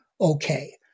okay